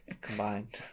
combined